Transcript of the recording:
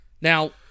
Now